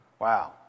Wow